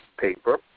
paper